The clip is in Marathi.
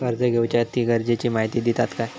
कर्ज घेऊच्याखाती गरजेची माहिती दितात काय?